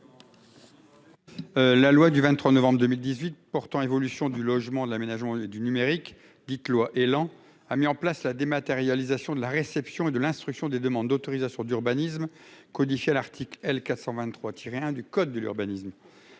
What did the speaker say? La loi du 23 novembre 2018 portant évolution du logement, de l'aménagement et du numérique, dite loi Élan, a mis en place la dématérialisation de la réception et de l'instruction des demandes d'autorisation d'urbanisme, codifiée à l'article L. 423-1 du code de l'urbanisme.